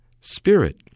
Spirit